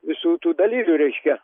visų tų dalyvių reiškia